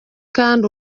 kandi